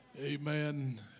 Amen